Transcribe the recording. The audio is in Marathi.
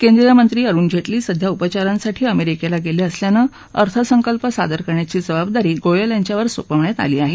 केंद्रीय मंत्री अरुण जेझी सध्या उपचारांसाठी अमेरिकेला गेले असल्यानं अर्थसंकल्प सादर करण्याची जबाबदारी गोयल यांच्यावर सोपवण्यात आली आहे